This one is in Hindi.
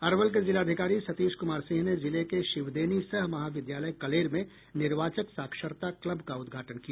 अरवल के जिलाधिकारी सतीश कुमार सिंह ने जिले के शिवदेनी सह महाविद्यालय कलेर में निर्वाचक साक्षरता क्लब का उद्घाटन किया